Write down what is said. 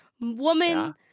Woman